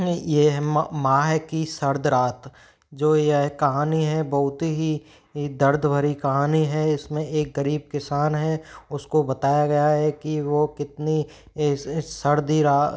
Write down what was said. यह मा माह की सर्द रात जो यह कहानी है बहुत ही दर्द भरी कहानी है इस में एक ग़रीब किसान है उसको बताया गया है कि वो कितनी सर्दी रा